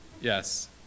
Yes